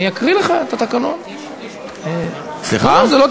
אתה תדבר רק על ההצעה הזאת,